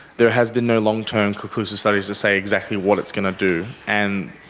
there has been no long-term conclusive studies to say exactly what it's going to do and